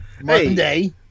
Monday